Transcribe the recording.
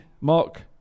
Mark